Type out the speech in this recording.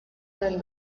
del